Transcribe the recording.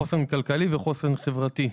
חוסן חברתי וחוסן כלכלי.